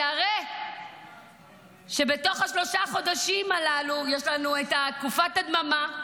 כי הרי בתוך שלושה החודשים הללו יש לנו את תקופת ההדממה,